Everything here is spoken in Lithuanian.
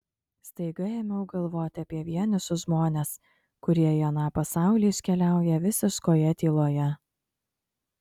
staiga ėmiau galvoti apie vienišus žmones kurie į aną pasaulį iškeliauja visiškoje tyloje